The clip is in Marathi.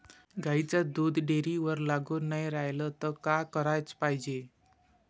गाईचं दूध डेअरीवर लागून नाई रायलं त का कराच पायजे?